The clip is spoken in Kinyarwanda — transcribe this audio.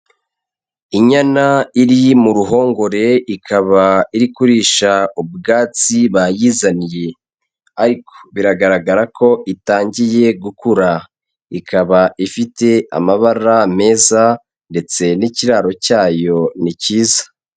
Inyana iri mu ruhongore, ikaba iri kurisha ubwatsi bayizaniye. Ariko biragaragara ko itangiye gukura. Ikaba ifite amabara meza, ndetse n'ikiraro cyayo ni cyiza.